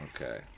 Okay